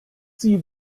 sie